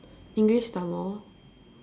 English Tamil